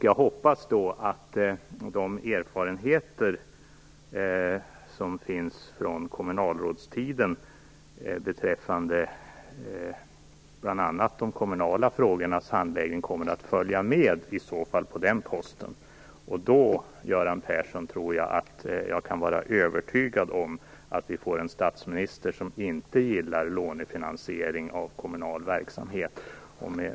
Jag hoppas då att de erfarenheter som finns från kommunalrådstiden beträffande bl.a. de kommunala frågorna kommer att följa med på den posten. Då tror jag, Göran Persson, att jag kan vara övertygad om att vi får en statsminister som inte gillar lånefinansiering av kommunal verksamhet.